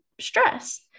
stress